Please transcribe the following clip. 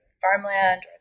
farmland